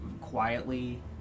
quietly